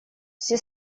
все